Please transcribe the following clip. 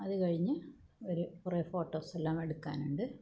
അത് കഴിഞ്ഞ് ഒരു കുറേ ഫോട്ടോസ് എല്ലാം എടുക്കാനുണ്ട്